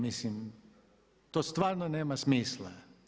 Mislim to stvarno nema smisla.